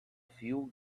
few